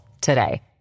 today